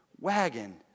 wagon